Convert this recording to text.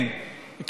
כן.